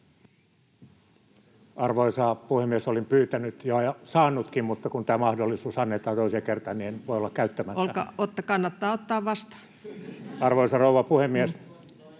Arvoisa puhemies! Olin pyytänyt ja saanutkin, mutta kun tämä mahdollisuus annetaan toiseen kertaan, niin en voi olla käyttämättä. Arvoisa rouva puhemies!